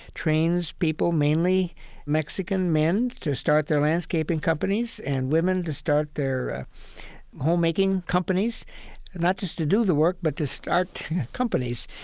trains people, mainly mexican men, to start their landscaping companies and women to start their homemaking companies not just to do the work, but to start companies.